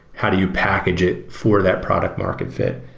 how do you package it for that product market fit?